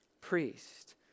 priest